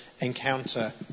encounter